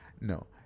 No